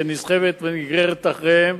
שנסחבת ונגררת אחריהם,